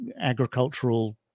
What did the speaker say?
Agricultural